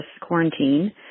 quarantine